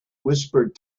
whispered